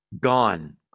gone